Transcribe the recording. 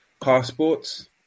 Passports